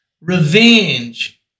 revenge